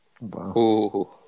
wow